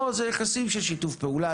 או זה יחסים של שיתוף פעולה,